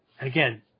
again